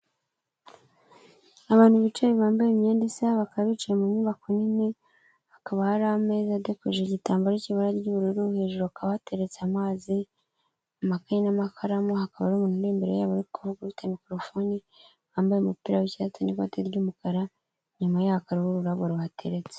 Abantu bicaye bambaye imyenda isa bakaba bicaye mu nyubako nini hakaba hari ameza adekoje igitambaro cy'ibara ry'ubururu hejuru hakaba hateretse amazi, amakaye n'amakaramu, hakaba hari umuntu uri imbere yabo urikuvuga ufite mikorofoni wambaye umupira w'icyatsi n'ikote ry'umukara inyuma ye hakaba ururabo ruhateretse.